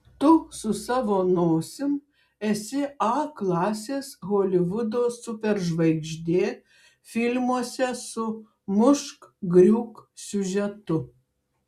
tu su savo nosim esi a klasės holivudo superžvaigždė filmuose su mušk griūk siužetu